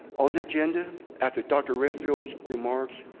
on the agenda, after dr. redfield's remarks,